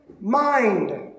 mind